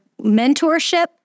mentorship